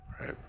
Right